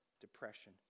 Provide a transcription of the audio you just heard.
depression